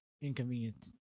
inconvenient